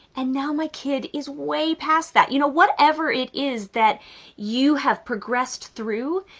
and now my kid is way past that. you know, whatever it is that you have progressed through,